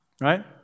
right